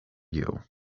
you